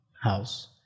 house